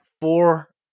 four